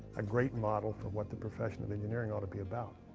a great model for what the profession of engineering ought to be about.